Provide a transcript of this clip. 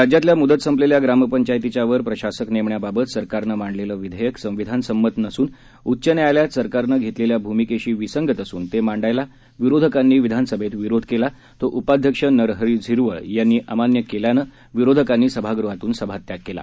राज्यातल्या मुदत संपलेल्या ग्रामपंचायतीच्यावर प्रशासक नेमण्याबाबत सरकारने मांडलेले विधेयक संविधान संमत नसून उच्च न्यायालयात सरकारनं घेतलेल्या भूमिकेशी विसंगत असून ते मांडण्यास विरोधकांनी विधानसभेत विरोध केला तो उपाध्यक्ष नरहरी झिरवळ यांनी अमान्य केल्यानं विरोधकांनी सभागृहातून सभात्याग केला